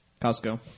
Costco